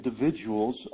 individuals